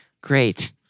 Great